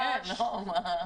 מאוחר.